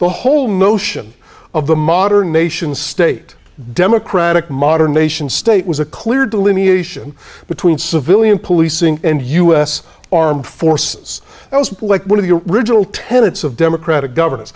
the whole notion of the modern nation state democratic modern nation state was a clear delineation between civilian policing and u s armed forces like one of the original tenets of democratic govern